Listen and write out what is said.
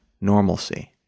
normalcy